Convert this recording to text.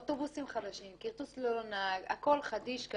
אוטובוסים חדשים, כרטוס ללא נהג, הכל חדיש.